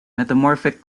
metamorphic